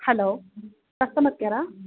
hello customer care